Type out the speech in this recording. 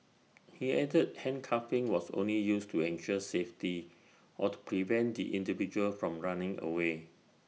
he added handcuffing was only used to ensure safety or to prevent the individual from running away